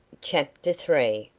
chapter three.